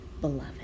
beloved